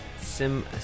Sim